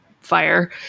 fire